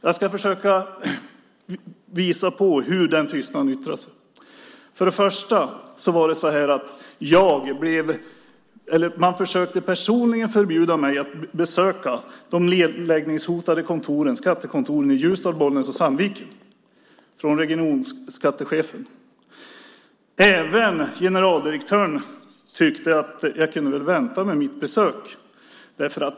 Jag ska försöka att visa hur den tystnaden yttrar sig. Regionskattechefen försökte personligen förbjuda mig att besöka de nedläggningshotade skattekontoren i Ljusdal, Bollnäs och Sandviken. Även generaldirektören tyckte att jag kunde vänta med mitt besök.